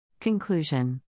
Conclusion